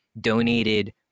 donated